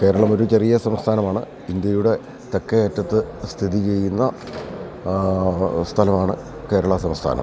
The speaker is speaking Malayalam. കേരളം ഒരു ചെറിയ സംസ്ഥാനമാണ് ഇന്ത്യയുടെ തെക്കേയറ്റത്ത് സ്ഥിതി ചെയ്യുന്ന സ്ഥലമാണ് കേരള സംസ്ഥാനം